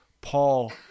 Paul